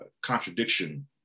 contradiction